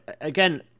again